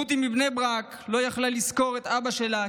רותי מבני ברק לא יכולה לזכור את אבא שלה,